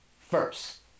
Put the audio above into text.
first